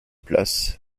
place